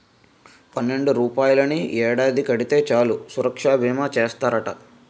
పన్నెండు రూపాయలని ఏడాది కడితే చాలు సురక్షా బీమా చేస్తారట